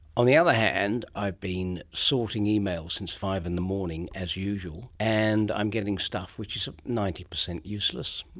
on the other hand i've been sorting emails since five in the morning, as usual, and i'm getting stuff which is ah ninety percent useless,